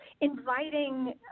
inviting